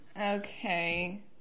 Okay